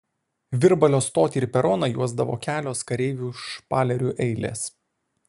virbalio stotį ir peroną juosdavo kelios kareivių špalerių eilės